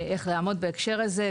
לגבי איך לעמוד בהקשר הזה,